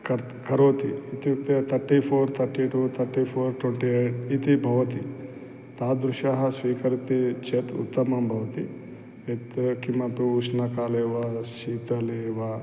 कर्तुं करोति इत्युक्ते thirty four thirty two thirty four twenty eight इति भवति तादृशः स्वीकरोति चेत् उत्तमं भवति यत् किमपि उष्णकाले वा शीतले वा